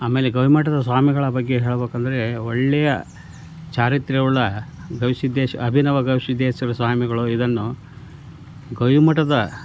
ಆಮೇಲೆ ಗವಿ ಮಠದ ಸ್ವಾಮಿಗಳ ಬಗ್ಗೆ ಹೇಳ್ಬೇಕಂದರೆ ಒಳ್ಳೆಯ ಚಾರಿತ್ರ್ಯ ಉಳ್ಳ ಗವಿ ಸಿದ್ಧೇಶ ಅಭಿನವ ಗವಿ ಸಿದ್ಧೇಶ್ವರ ಸ್ವಾಮಿಗಳು ಇದನ್ನು ಗವಿ ಮಠದ